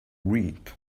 reap